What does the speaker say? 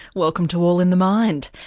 welcome to all in the mind.